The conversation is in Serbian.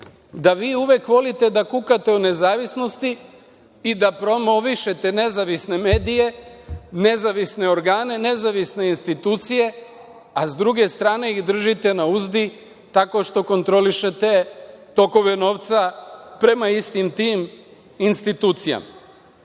da vi uvek volite da kukate o nezavisnosti i da promovišete nezavisne medije, nezavisne organe, nezavisne institucije, a sa druge strane ih držite na uzdi tako što kontrolišete tokove novca prema istim tim institucijama. Kako